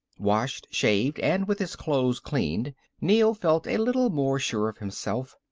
washed, shaved and with his clothes cleaned neel felt a little more sure of himself.